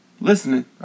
listening